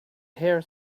hare